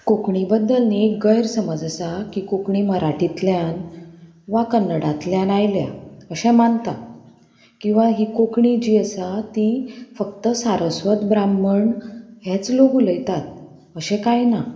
कोंकणी बद्दल न्ही एक गैर समज आसा की कोंकणी मराठींतल्यान वा कन्नडांतल्यान आयल्या अशें मानता किंवां ही कोंकणी जी आसा ती फक्त सारस्वत ब्राम्मण हेच लोक उलयतात अशें कांय ना